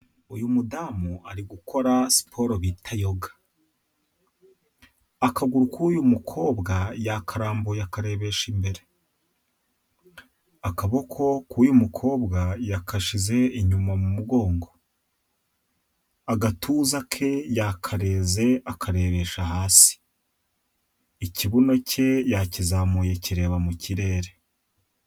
Uyu mudamu ari gukora siporo bita yoga, akaguru k'uyu mukobwa yakarambuye akarebesha imbere, akaboko k'uyu mukobwa yagashize inyuma mu mugongo, agatuza ke yakareze akarebesha hasi, ikibuno cye yakizamuye kireba mu kirere.